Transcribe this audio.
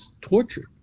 tortured